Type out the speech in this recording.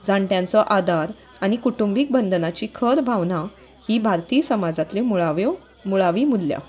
जाणट्यांचो आदार आनी कुटुंबीक बंंधनाची खर भावना ही भारतीय समाजांतल्यो मुळाव्यो मुळावी मुल्यां